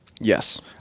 yes